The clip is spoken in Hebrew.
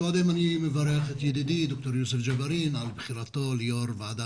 אני מברך את ידידי דוקטור יוסף ג'בארין על בחירתו ליושב ראש ועדה